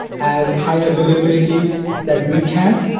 as high-availability that we can't.